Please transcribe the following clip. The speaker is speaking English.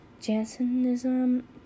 Jansenism